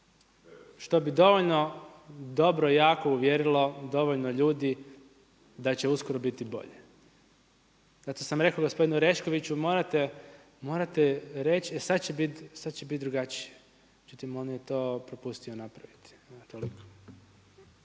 što bi dovoljno dobro jako uvjerilo dovoljno ljudi da će uskoro biti bolje. Zato sam rekao gospodinu Oreškoviću morate reći e sada će biti drugačije, međutim on je to propustio napraviti.